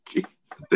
Jesus